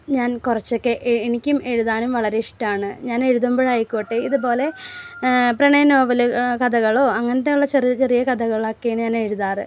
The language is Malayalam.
ഞാൻ കുറച്ചൊക്കെ എനിക്കും എഴുതാനും വളരെ ഇഷ്ടമാണ് ഞാൻ എഴുതുമ്പോഴായിക്കോട്ടെ ഇതുപോലെ പ്രണയ നോവല് കഥകളോ അങ്ങനത്തെയുള്ള ചെറിയ ചെറിയ കഥകളൊക്കെ ഞാനെഴുതാറ്